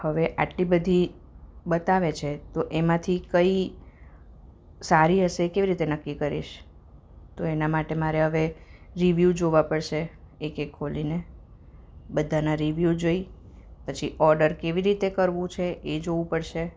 હવે આટલી બધી બતાવે છે તો એમાંથી કઈ સારી હશે એ કેવી રીતે નક્કી કરીશ તો એના માટે મારે હવે રિવ્યુ જોવા પડશે એક એક ખોલીને બધાના રિવ્યુ જોઈ પછી ઓડર કેવી રીતે કરવું છે એ જોવું પડશે